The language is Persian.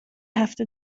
هفته